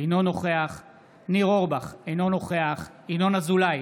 אינו נוכח ניר אורבך, אינו נוכח ינון אזולאי,